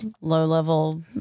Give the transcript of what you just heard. low-level